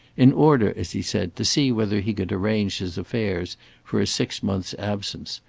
in order, as he said, to see whether he could arrange his affairs for a six months' absence,